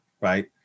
right